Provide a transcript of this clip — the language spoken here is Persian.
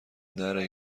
نره